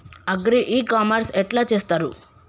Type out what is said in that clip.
Agri e commerce ఎట్ల చేస్తరు?